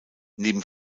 neben